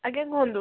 ଆଜ୍ଞା କୁହନ୍ତୁ